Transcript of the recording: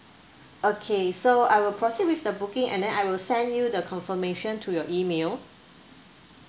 okay so I will proceed with the booking and then I will send you the confirmation to your email